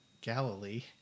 Galilee